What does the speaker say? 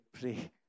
Pray